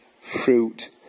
fruit